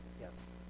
Yes